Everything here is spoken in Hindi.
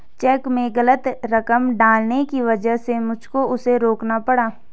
चेक में गलत रकम डालने की वजह से मुझको उसे रोकना पड़ा